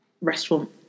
Restaurant